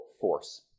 force